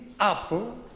apple